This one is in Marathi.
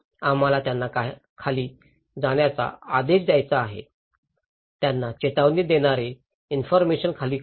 आम्हाला त्यांना खाली जाण्याचा आदेश द्यायचा आहे त्यांना चेतावणी देणारी इन्फॉरमेशन खाली करा